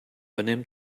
önem